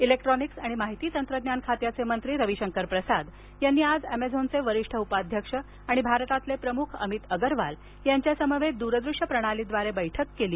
electronics आणि माहिती तंत्रज्ञान खात्याचे मंत्री रविशंकर प्रसाद यांची आज एमेझॉनचे वरिष्ठ उपाध्यक्ष आणि भारतातले प्रमुख अमित अगरवाल यांच्यासमवेत दूरदृश्य प्रणालीद्वारे बैठक झाली